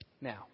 Now